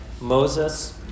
Moses